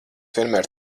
vienmēr